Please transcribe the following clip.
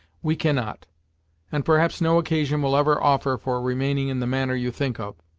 we cannot and perhaps no occasion will ever offer for remaining in the manner you think of.